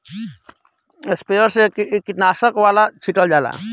sprayer से कीटनाशक वाला छीटल जाला